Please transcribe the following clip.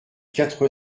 quatre